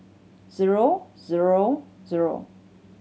zero zero zero